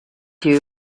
you